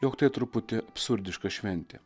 jog tai truputį absurdiška šventė